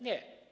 Nie.